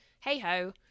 hey-ho